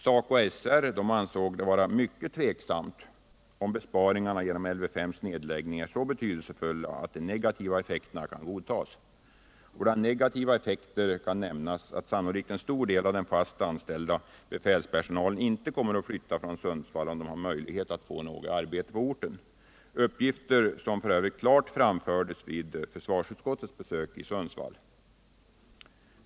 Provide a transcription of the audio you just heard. SACO/SR ansåg det vara mycket tveksamt om besparingarna genom Lv §:s nedläggning är så betydelsefulla att de negativa effekterna kan godtas. Bland negativa effekter kan nämnas att sannolikt en stor del av den fast anställda befälspersonalen inte kommer att flytta från Sundsvall, om de möjligen kan få något arbete på orten — uppgifter som f. ö. klart framfördes vid utskottets besök i Sundsvall.